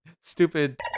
stupid